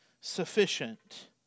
sufficient